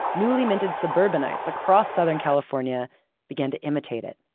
newly minted suburbanites across southern california began to imitate it.